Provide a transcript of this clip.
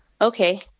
Okay